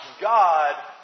God